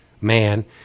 man